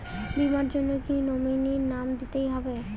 বীমার জন্য কি নমিনীর নাম দিতেই হবে?